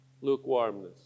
Lukewarmness